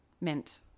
meant